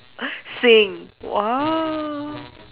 saying !wow!